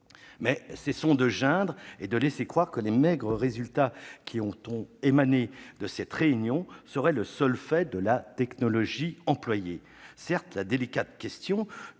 Mais cessons de geindre et de laisser croire que les maigres résultats qui ont résulté de cette réunion seraient le seul fait de la technologie employée. Certes, la délicate question